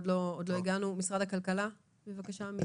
משרד הכלכלה, בבקשה.